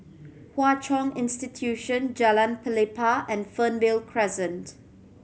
Hwa Chong Institution Jalan Pelepah and Fernvale Crescent